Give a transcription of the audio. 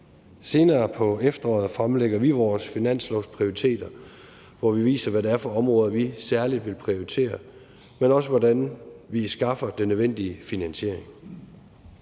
Senere på efteråret fremlægger vi vores finanslovsprioriteter, hvor vi viser, hvad det er for nogle områder, vi særlig vil prioritere, men også, hvordan vi skaffer den nødvendige finansiering.